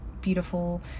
beautiful